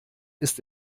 ist